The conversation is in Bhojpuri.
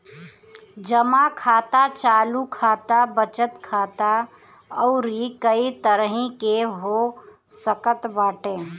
जमा खाता चालू खाता, बचत खाता अउरी कई तरही के हो सकत बाटे